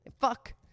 Fuck